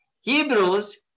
Hebrews